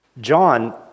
John